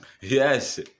Yes